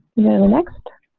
then the next